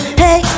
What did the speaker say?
hey